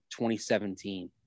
2017